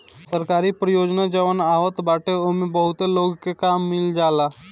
सरकारी परियोजना जवन आवत बाटे ओमे बहुते लोग के काम मिल जाला